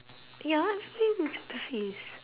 ya everyone looks at the face